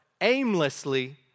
aimlessly